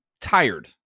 tired